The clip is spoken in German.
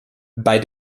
bei